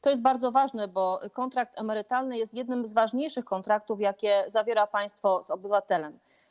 To jest bardzo ważne, bo kontrakt emerytalny jest jednym z ważniejszych kontraktów, jakie zawiera państwo z obywatelem.